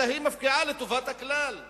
אלא היא מפקיעה לטובת הכלל,